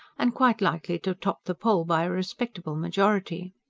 and quite likely to top the poll by a respectable majority.